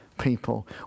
people